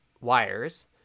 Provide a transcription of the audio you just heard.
wires